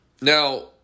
Now